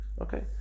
okay